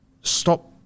Stop